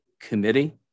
committee